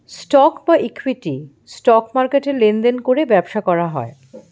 stock বা equity, stock মার্কেটে লেনদেন করে ব্যবসা করা হয়